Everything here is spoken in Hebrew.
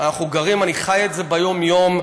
אני חי את זה ביום-יום,